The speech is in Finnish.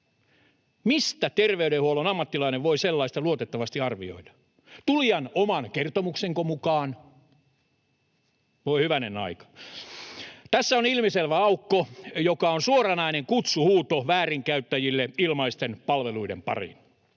Mistä terveydenhuollon ammattilainen voi sellaista luotettavasti arvioida? Tulijan oman kertomuksenko mukaan? Voi hyvänen aika. Tässä on ilmiselvä aukko, joka on suoranainen kutsuhuuto väärinkäyttäjille ilmaisten palveluiden pariin.